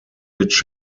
which